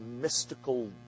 mystical